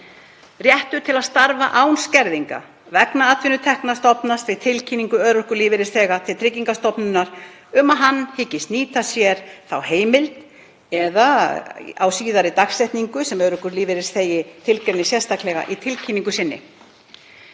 Réttur til að starfa án skerðinga vegna atvinnutekna stofnast við tilkynningu örorkulífeyrisþega til Tryggingastofnunar um að hann hyggist nýta þá heimild eða á síðari dagsetningu sem örorkulífeyrisþegi tilgreinir sérstaklega í tilkynningu sinni.